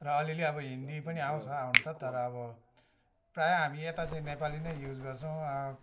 र अलिअलि अब हिन्दी पनि आउँछ आउनु त तर अब प्रायः हामी यता चाहिँ नेपाली नै युज गर्छौँ